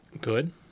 Good